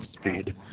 speed